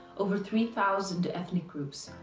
over three thousand ethnic groups,